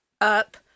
up